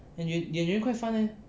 and 演员 quite fun leh